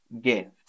gift